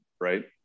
right